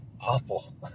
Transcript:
awful